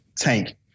tank